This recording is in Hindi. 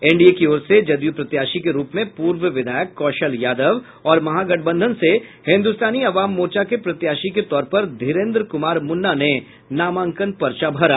एनडीए की ओर से जदयू प्रत्याशी के रूप में पूर्व विधायक कौशल यादव और महागठबंधन से हिन्दुस्तानी अवाम मोर्चा के प्रत्याशी के तौर पर धीरेन्द्र कुमार मुन्ना ने नामांकन पर्चा भरा